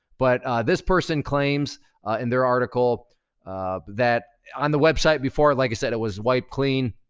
but this person claims in their article that on the website before it, like i said, it was wiped clean,